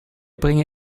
bringe